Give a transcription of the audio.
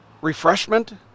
refreshment